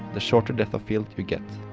the shorter depth of field you get.